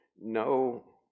no